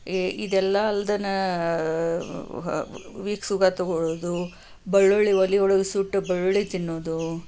ಈ ಇದೆಲ್ಲ ಅಲ್ದನ ವಿಕ್ಸ್ ಹೊಗೆ ತೊಗೊಳೋದು ಬೆಳ್ಳುಳ್ಳಿ ಒಲೆಯೊಳಗೆ ಸುಟ್ಟು ಬೆಳ್ಳುಳ್ಳಿ ತಿನ್ನುವುದು